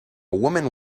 woman